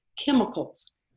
chemicals